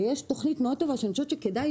ויש תוכנית טובה שכדאי